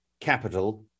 capital